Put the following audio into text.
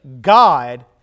God